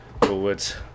forwards